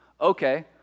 Okay